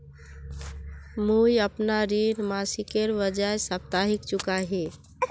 मुईअपना ऋण मासिकेर बजाय साप्ताहिक चुका ही